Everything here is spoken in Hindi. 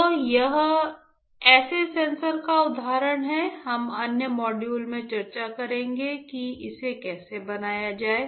तो यह ऐसे सेंसर का उदाहरण है हम अन्य मॉड्यूल में चर्चा करेंगे कि इसे कैसे बनाया जाए